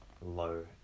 low